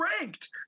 ranked